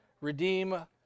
Redeem